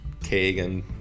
Kagan